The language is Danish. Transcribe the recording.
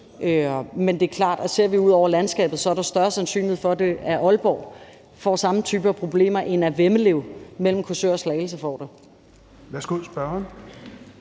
men det er klart, at ser vi ud over landskabet, er der større sandsynlighed for, at Aalborg får samme type af problemer, end at Vemmelev mellem Korsør og Slagelse får det. Kl. 10:55 Fjerde